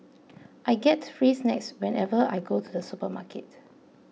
I get free snacks whenever I go to the supermarket